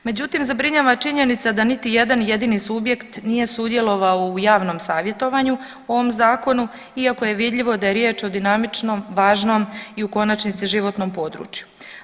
Međutim, zabrinjava činjenica da niti jedan jedini subjekt nije sudjelovao u javnom savjetovanju u ovom zakonu iako je vidljivo da je riječ o dinamičnom, važnom i u konačnici životnom području.